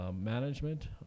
management